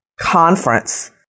Conference